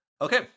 Okay